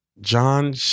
John